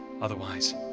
otherwise